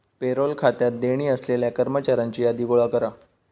payroll खात्यात देणी असलेल्या कर्मचाऱ्यांची यादी गोळा कर